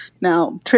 Now